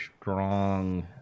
strong